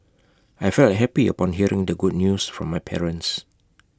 I felt happy upon hearing the good news from my parents